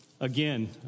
again